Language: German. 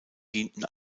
dienten